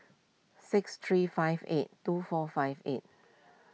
six three five eight two four five eight